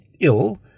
ill